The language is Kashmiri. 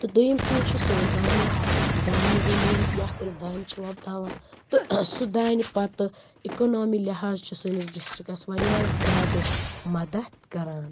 تہٕ دۄیِم چیٖز چھِ سون دانہِ دانہِ زٔمیٖن یَتھ أسۍ دانہِ چھِ وۄبداوان تہٕ سُہ دانہِ پَتہٕ اِکنامی لحاظ چھِ سٲنِس ڈِسٹرکَس واریاہ زیادٕ مدد کران